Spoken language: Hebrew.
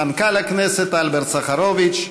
מנכ"ל הכנסת אלברט סחרוביץ,